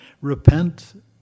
Repent